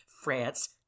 France